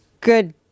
Good